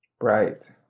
Right